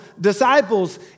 disciples